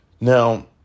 now